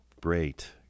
great –